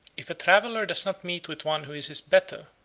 if a traveller does not meet with one who is his better,